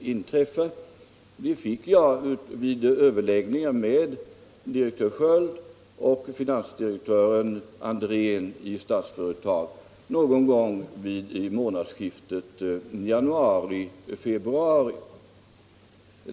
inträffa fick jag nämligen vid överläggningar med direktör Sköld och finansdirektör Andrén i Statsföretag någon gång vid månadsskiftet januari-februari.